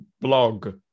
blog